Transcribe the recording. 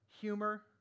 humor